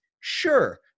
Sure